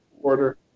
Order